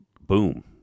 boom